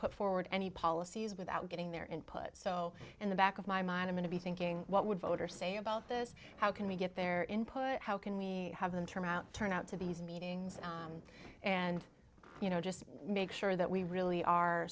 put forward any policies without getting their input so in the back of my mind i mean to be thinking what would voters say about this how can we get their input how can we have them turn out turn out to be meetings and you know just make sure that we really are